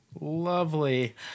Lovely